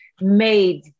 made